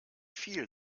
viel